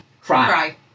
cry